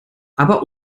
aber